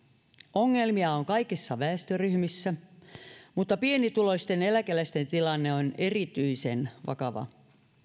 ongelmia on kaikissa väestöryhmissä mutta pienituloisten eläkeläisten tilanne on erityisen vakava